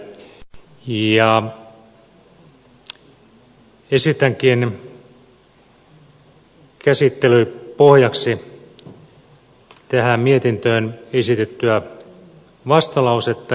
esitänkin käsittelyn pohjaksi tähän mietintöön esitettyä vastalausetta